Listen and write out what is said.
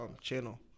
channel